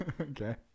Okay